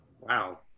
Wow